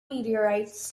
meteorites